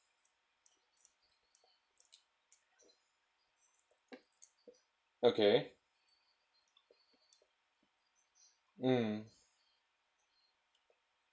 okay mm